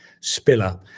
spiller